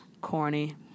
Corny